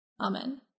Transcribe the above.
Amen